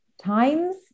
Times